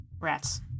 Rats